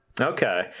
Okay